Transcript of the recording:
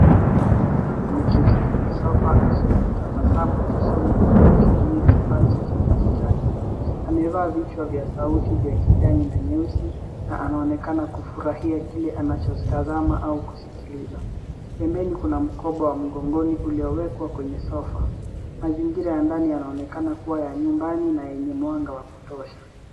Mvulana ameketi kwenye sofa akiwa anatabasamu usoni huku akitumia kifaa cha kidijitali. Amevaa vichwa vya sauti vya kijani na nyeusi na anaonekana kufurahia kile anachotazama au kusikiliza. Pembeni kuna mkoba wa mgongoni uliowekwa kwenye sofa. Mazingira ya ndani yanaonekana kuwa ya nyumbani na yenye mwanga wa kutosha.